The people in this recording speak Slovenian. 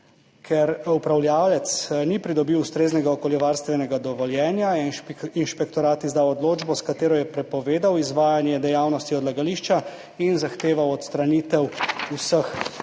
Ker upravljavec ni pridobil ustreznega okoljevarstvenega dovoljenja, je inšpektorat izdal odločbo, s katero je prepovedal izvajanje dejavnosti odlagališča in zahteval odstranitev vseh